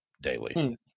daily